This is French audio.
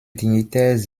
dignitaires